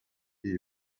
est